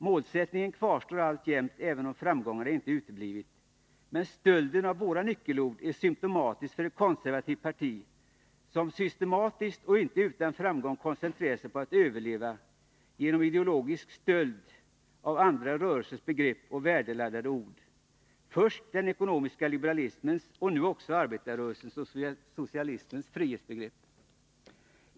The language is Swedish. Målsättningen kvarstår alltjämt, även om framgångarna inte uteblivit, men stölden av våra nyckelord är symtomatisk för ett konservativt parti som systematiskt och inte utan framgång koncentrerat sig på att överleva genom ideologisk stöld av andra rörelsers begrepp och värdeladdade ord — först den ekonomiska liberalismens och nu också arbetarrörelsens och socialismens frihetsbegrepp.